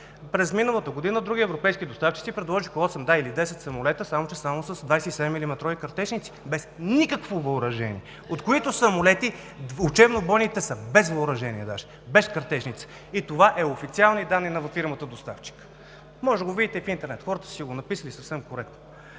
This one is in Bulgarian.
През миналата година други европейски доставчици предложиха осем или десет самолета, само че само с 27-милиметрови картечници, без никакво въоръжение, от които самолети учебно-бойните са без въоръжение, даже без картечници. И това е по официални данни на фирмата-доставчик. Може да го видите в интернет, хората са си го написали съвсем коректно.